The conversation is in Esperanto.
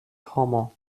homo